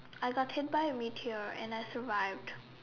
I got came back with meteor and I survived